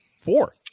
Four